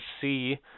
see